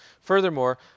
Furthermore